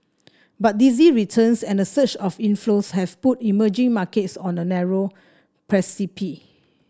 but dizzy returns and a surge of inflows have put emerging markets on a narrow